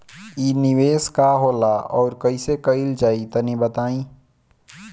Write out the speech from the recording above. इ निवेस का होला अउर कइसे कइल जाई तनि बताईं?